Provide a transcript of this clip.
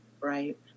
Right